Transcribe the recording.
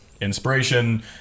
inspiration